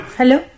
Hello